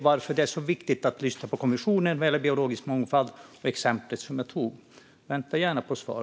Varför är det så viktigt att lyssna på kommissionen när det gäller biologisk mångfald? Det var det exemplet jag tog. Jag väntar gärna på svar.